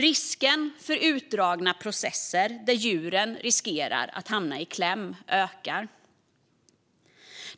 Risken för utdragna processer där djur riskerar att hamna i kläm ökar.